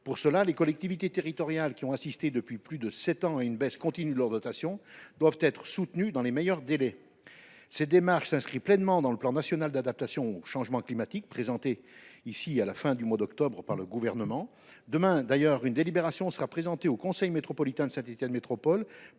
Pour cela, les collectivités territoriales, qui ont assisté depuis plus de sept ans à une baisse continue de leurs dotations, doivent être soutenues dans les meilleurs délais. Ces démarches s’inscrivent pleinement dans le plan national d’adaptation au changement climatique, qui a été présenté ici par le Gouvernement à la fin du mois d’octobre. D’ailleurs, une délibération sera présentée demain au conseil métropolitain de Saint Étienne Métropole